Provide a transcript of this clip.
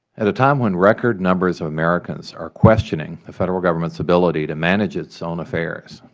at a time when record numbers of americans are questioning the federal government's ability to manage its own affairs.